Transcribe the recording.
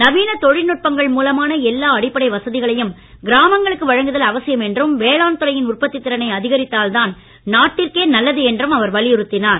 நவீனத் தொழில்நுட்பங்கள் மூலமான எல்லா அடிப்படை வசதிகளையும் கிராமங்களுக்கு வழங்குதல் அவசியம் என்றும் வேளாண் துறையின் உற்பத்தித் திறனை அதிகரித்தால்தான் நாட்டிற்கே நல்லது என்றும் அவர் வலியுறுத்தினார்